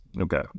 Okay